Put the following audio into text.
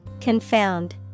Confound